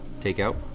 Takeout